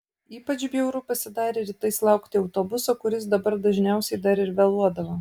ypač bjauru pasidarė rytais laukti autobuso kuris dabar dažniausiai dar ir vėluodavo